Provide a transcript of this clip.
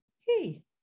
hey